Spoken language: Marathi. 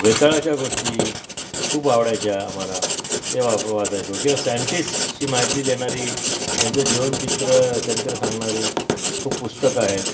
वेताळाच्या गोष्टी खूप आवडायच्या आम्हाला ते वापर वाचायचो किंवा सायंटिस्टशी माहिती देणारी त्यांचं जीवनचित्र चरित्र सांगणारी खूप पुस्तकं आहेत